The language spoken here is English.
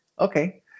Okay